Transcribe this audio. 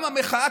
גם המחאה,